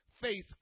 faith